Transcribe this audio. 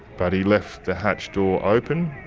but he left the hatch door open,